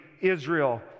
Israel